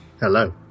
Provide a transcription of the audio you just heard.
Hello